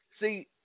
see